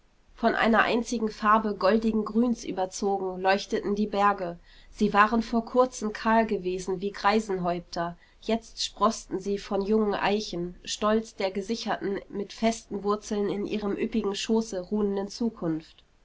von einer einzigen farbe goldigen grüns überzogen leuchteten die berge sie waren vor kurzem kahl gewesen wie greisenhäupter jetzt sproßten sie von jungen eichen stolz der gesicherten mit festen wurzeln in ihrem üppigen schoße ruhenden zukunft